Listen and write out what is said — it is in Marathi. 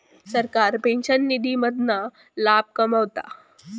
सरकार पेंशन निधी मधना लाभ कमवता